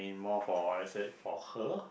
more for let's say for her